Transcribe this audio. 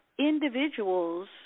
individuals